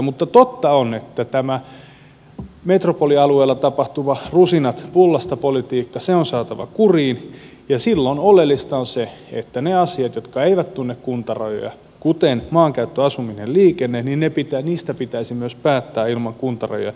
mutta totta on että tämä metropolialueella tapahtuva rusinat pullasta politiikka on saatava kuriin ja silloin oleellista on se että niistä asioista jotka eivät tunne kuntarajoja kuten maankäyttö asuminen ja liikenne pitäisi myös päättää ilman kuntarajoja